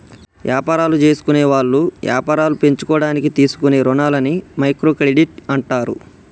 యాపారాలు జేసుకునేవాళ్ళు యాపారాలు పెంచుకోడానికి తీసుకునే రుణాలని మైక్రో క్రెడిట్ అంటారు